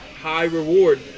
high-reward